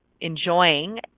enjoying